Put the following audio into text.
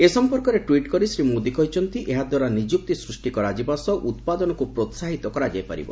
ଏ ସମ୍ପର୍କରେ ଟ୍ୱିଟ୍ କରି ଶ୍ରୀ ମୋଦି କହିଛନ୍ତି ଏହାଦ୍ୱାରା ନିଯୁକ୍ତି ସୃଷ୍ଟି କରାଯିବା ସହ ଉତ୍ପାଦନକୁ ପ୍ରୋହାହିତ କରାଯାଇପାରିବ